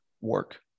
work